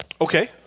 Okay